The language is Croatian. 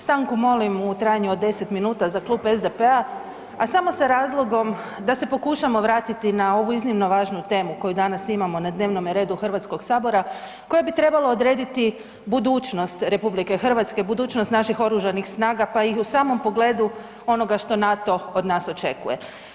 Stanku molim u trajanju od 10 minuta za klub SDP-a, a samo sa razlogom da se pokušamo vratiti na ovu iznimno važnu temu koju danas imamo na dnevnom redu HS-a koja bi trebala odrediti budućnost RH, budućnost naših oružanih snaga pa i u samom pogledu onoga što NATO od nas očekuje.